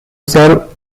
serve